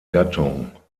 gattung